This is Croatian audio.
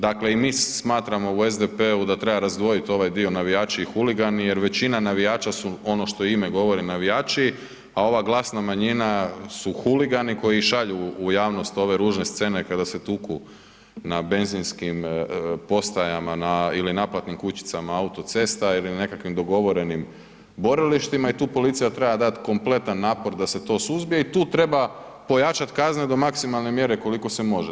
Dakle i mi smatramo u SDP-u da treba razdvojiti ovaj dio navijači i huligani jer većina navijača su ono što ime govori, navijači, a ova glasna manjina su huligani koji šalju u javnost ove ružne scene kada se tuku na benzinskim postajama ili naplatnim kućicama autocesta ili na nekakvim dogovorenim borilištima i tu policija treba dati kompletan napor da se to suzbije i tu treba pojačati kazne do maksimalne mjere koliko se može.